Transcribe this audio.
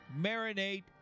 Marinate